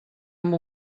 amb